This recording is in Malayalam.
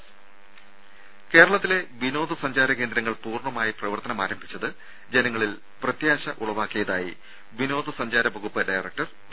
രുര കേരളത്തിലെ വിനോദ സഞ്ചാര കേന്ദ്രങ്ങൾ പൂർണ്ണമായി പ്രവർത്തനം ആരംഭിച്ചത് ജനങ്ങളിൽ പ്രത്യാശ ഉളവാക്കിയതായി വിനോദ സഞ്ചാര വകുപ്പ് ഡയറക്ടർ പി